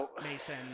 Mason